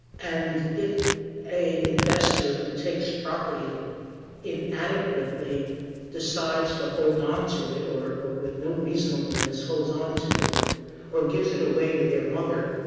and if an investor who takes property inadequately decides to hold on to it or or with no reasonableness holds on to it or gives it away to their mother